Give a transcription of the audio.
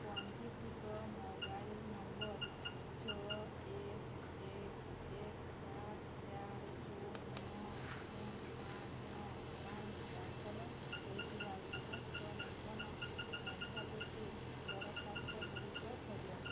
ପଞ୍ଜୀକୃତ mobile number ଛଅ ଏକ ଏକ ଏକ ସାତ ଚାରି ଶୂନ ନଅ ଶୂନ ପାଞ୍ଚ ନଅ ପାଇଁ ଦାଖଲ ହୋଇଥିବା ସମସ୍ତ ନୂତନ ମେଧାବୃତ୍ତି ଦରଖାସ୍ତଗୁଡ଼ିକ ଖୋଜ